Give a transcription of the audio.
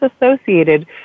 associated